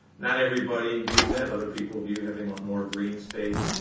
not everybody views that. other people view having more green space.